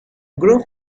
group